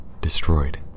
destroyed